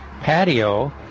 patio